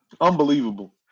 Unbelievable